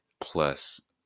plus